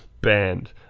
banned